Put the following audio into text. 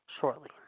shortly